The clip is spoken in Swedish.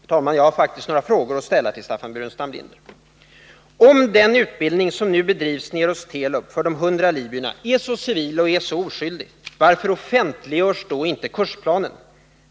Herr talman! Jag har faktiskt några frågor att ställa till Staffan Burenstam Linder. Om den utbildning som nu bedrivs nere hos Telub för de 100 libyerna är så civil och så oskyldig, varför offentliggörs då inte kursplanen?